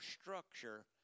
structure